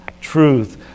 truth